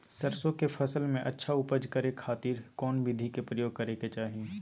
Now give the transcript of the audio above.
सरसों के फसल में अच्छा उपज करे खातिर कौन विधि के प्रयोग करे के चाही?